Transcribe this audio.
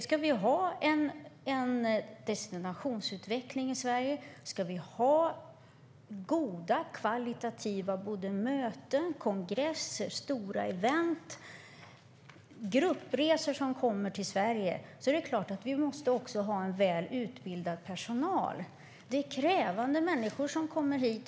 Ska vi ha en destinationsutveckling i Sverige och kvalitativt goda möten, kongresser, stora event och gruppresor till Sverige är det klart att vi måste ha väl utbildad personal. Det är krävande människor som kommer hit.